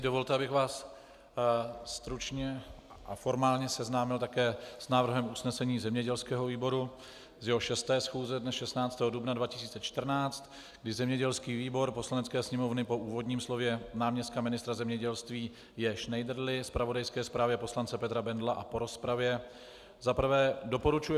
Dovolte, abych vás stručně a formálně seznámil také s návrhem usnesení zemědělského výboru z jeho 6. schůze dne 16. dubna 2014, kdy zemědělský výbor Poslanecké sněmovny po úvodním slově náměstka ministra zemědělství J. Šnejdrly, zpravodajské zprávě Petra Bendla a po rozpravě za prvé doporučuje